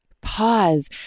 pause